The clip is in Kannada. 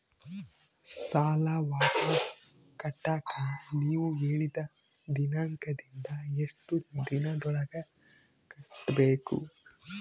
ಸಾಲ ವಾಪಸ್ ಕಟ್ಟಕ ನೇವು ಹೇಳಿದ ದಿನಾಂಕದಿಂದ ಎಷ್ಟು ದಿನದೊಳಗ ಕಟ್ಟಬೇಕು?